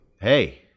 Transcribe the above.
Hey